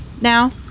now